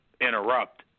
interrupt